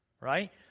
right